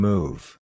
Move